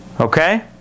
Okay